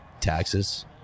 Taxes